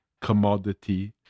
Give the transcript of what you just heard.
commodity